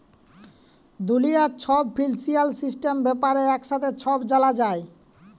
দুলিয়ার ছব financial system ব্যাপারে একসাথে ছব জালা যায়